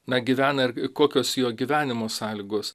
na gyvena ir kokios jo gyvenimo sąlygos